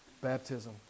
baptism